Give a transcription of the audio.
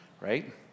right